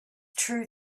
true